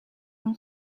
een